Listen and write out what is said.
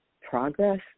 progress